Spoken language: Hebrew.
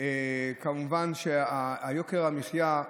כמובן ביוקר המחיה,